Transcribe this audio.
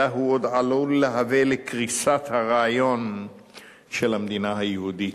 אלא הוא עוד עלול להביא לקריסת הרעיון של המדינה היהודית.